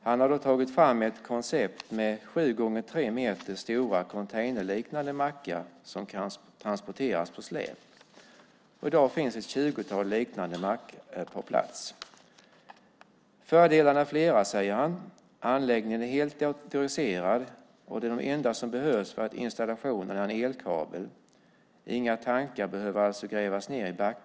Han har tagit fram ett koncept med sju gånger tre meter stora containerliknande mackar som kan transporteras på släp. I dag finns ett tjugotal liknande mackar på plats. "Fördelarna är flera", säger han. "Anläggningen är helt datoriserad och det enda som behövs för installationen är en elkabel. Inga tankar behöver alltså grävas ner i backen.